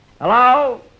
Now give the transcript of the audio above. Hello